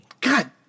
God